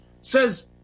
says